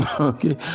okay